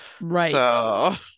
Right